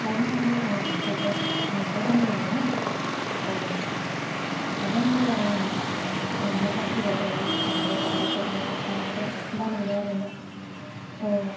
लाइनो हागोन औ नोंसोरबो बांद्राय दामबो नङा औ हागोन मेरला दंमोन आंबो बाहायबाय औ इउस खालायबाय थाबाय खेबनै खेबथामसो बानायबाय आरोना औ